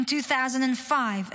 In 2005,